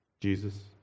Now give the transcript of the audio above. Jesus